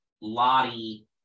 lottie